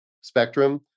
spectrum